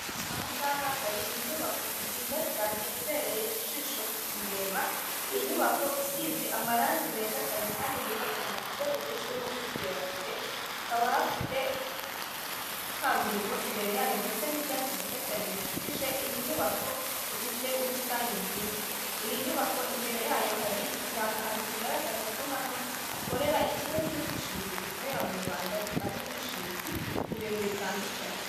Ahangaha hari inyubako nziza cyane ibereye ijisho kuyireba, inyubako isize amarangi meza cyane kandi yubatse mu buryo bugezweho bw'iterambere, hakaba hafite kaburimbo imbere yayo ndetse n'ibyatsi byiza cyane bikikije iyi nyubako ifite ubusitani bwiza. Iyi nyubako imbere yayo hari ikirango kigaragaza ko hano hakorera ikigo cy'ubwishingizi gikorera mu Rwanda, gitanga ubwishingizi ku bintu bitandukanye.